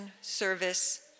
Service